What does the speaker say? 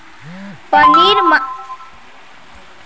पानीर मात्रा कुंसम करे मापुम?